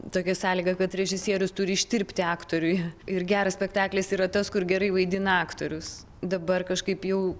tokia sąlyga kad režisierius turi ištirpti aktoriuje ir geras spektaklis yra tas kur gerai vaidina aktorius dabar kažkaip jau